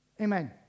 Amen